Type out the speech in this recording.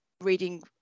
reading